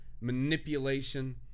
manipulation